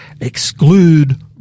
exclude